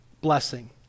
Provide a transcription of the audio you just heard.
blessing